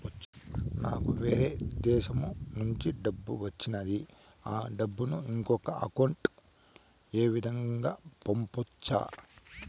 నాకు వేరే దేశము నుంచి డబ్బు వచ్చింది ఆ డబ్బును ఇంకొక అకౌంట్ ఏ విధంగా గ పంపొచ్చా?